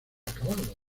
acabado